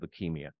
leukemia